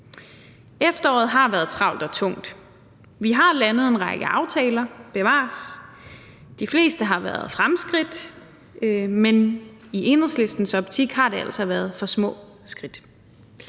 Efteråret har været travlt og tungt. Vi har landet en række aftaler, bevares. De fleste har været fremskridt, men i Enhedslistens optik har det altså været for små skridt.